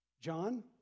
John